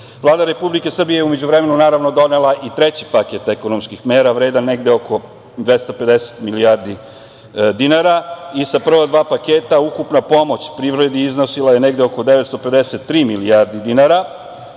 Republike Srbije je u međuvremenu donela i treći paket ekonomskih mera, vredan negde oko 250 milijardi dinara i sa prva dva paketa ukupna pomoć privredi iznosila je negde oko 953 milijardi dinara.